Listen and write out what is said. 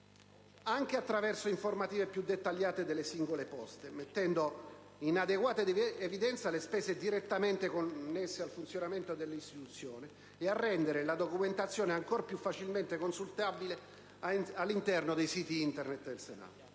anche attraverso informative più dettagliate delle singole poste, mettendo in adeguata evidenza le spese direttamente connesse al funzionamento dell'istituzione e a rendere la documentazione ancor più facilmente consultabile all'interno dei siti Internet del Senato;